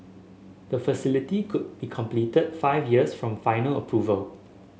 the facility could be completed five years from final approval